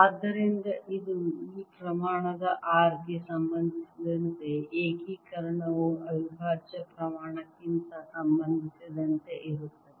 ಆದ್ದರಿಂದ ಇದು ಈ ಪ್ರಮಾಣದ r ಗೆ ಸಂಬಂಧಿಸಿದಂತೆ ಏಕೀಕರಣವು ಅವಿಭಾಜ್ಯ ಪ್ರಮಾಣಕ್ಕೆ ಸಂಬಂಧಿಸಿದಂತೆ ಇರುತ್ತದೆ